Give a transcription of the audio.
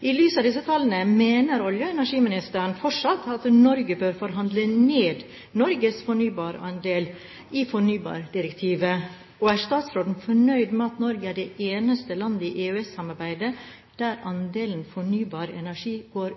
I lys av disse tallene, mener olje- og energiministeren fortsatt at Norge bør forhandle ned Norges fornybarandel i fornybardirektivet, og er statsråden fornøyd med at Norge er det eneste landet i EØS-samarbeidet der andelen fornybar energi går